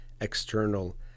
external